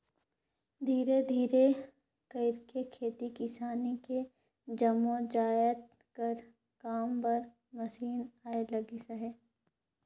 धीरे धीरे कइरके खेती किसानी के जम्मो जाएत कर काम बर मसीन आए लगिस अहे